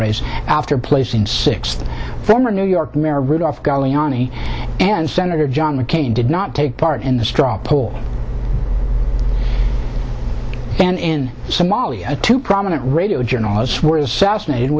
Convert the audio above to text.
after placing sixth former new york mayor rudolph giuliani and senator john mccain did not take part in the straw poll and in somalia two prominent radio journalists were assassinated